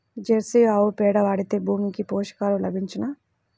Jersey ఆవు పేడ వాడితే భూమికి పోషకాలు లభించునా?